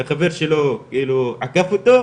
החבר שלו עקף אותו,